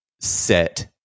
set